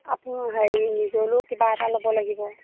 আপুনি হেৰি নিজলৈও কিবা এটা ল'ব লাগিব